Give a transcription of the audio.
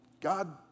God